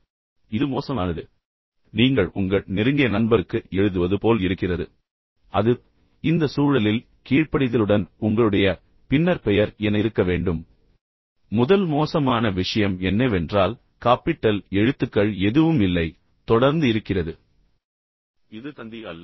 எனவே அது மீண்டும் மோசமானது நீங்கள் உங்கள் நெருங்கிய நண்பருக்கு எழுதுவது போல் இருக்க இருக்கிறது அது இந்த சூழலில் கீழ்ப்படிதலுடன் உங்களுடைய பின்னர் பெயர் என இருக்க வேண்டும் அடுத்ததைப் பாருங்கள் முதல் மோசமான விஷயம் என்னவென்றால் காப்பிட்டல் எழுத்துக்கள் எதுவும் இல்லை தொடர்ந்து இருக்கிறது இது நீங்கள் அனுப்பும் இது தந்தி அல்ல